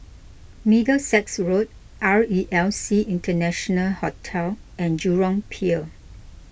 Middlesex Road R E L C International Hotel and Jurong Pier